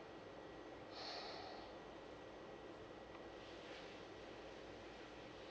mm